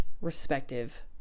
respective